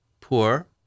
poor